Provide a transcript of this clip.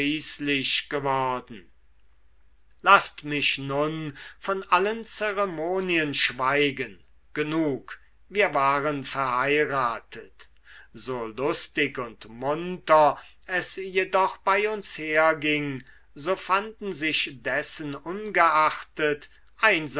geworden laßt mich nun von allen zeremonien schweigen genug wir waren verheiratet so lustig und munter es jedoch bei uns herging so fanden sich dessenungeachtet